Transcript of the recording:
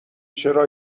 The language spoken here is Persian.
چرا